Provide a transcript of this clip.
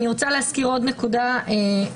אני רוצה להזכיר פה עוד נקודה חשובה: